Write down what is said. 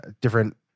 different